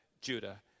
Judah